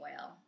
oil